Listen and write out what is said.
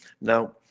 Now